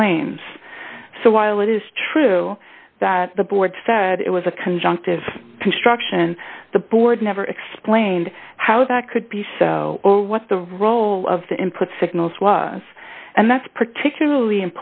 claims so while it is true that the board said it was a conjunctive construction the board never explained how that could be so or what the role of the input signals was and that's particularly